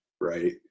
right